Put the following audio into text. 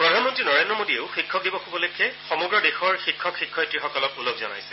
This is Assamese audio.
প্ৰধানমন্ত্ৰী নৰেন্দ্ৰ মোদীয়েও শিক্ষক দিৱস উপলক্ষে সমগ্ৰ দেশৰ শিক্ষক শিক্ষয়িত্ৰীসকলক ওলগ জনাইছে